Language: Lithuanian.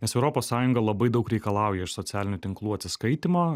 nes europos sąjunga labai daug reikalauja iš socialinių tinklų atsiskaitymo